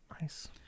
Nice